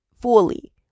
fully